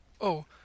Oh